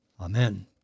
Amen